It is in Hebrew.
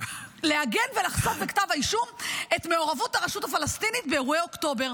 להגן ולחשוף בכתב האישום את מעורבות הרשות הפלסטינית באירועי אוקטובר?